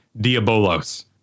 Diabolos